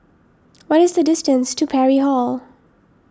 what is the distance to Parry Hall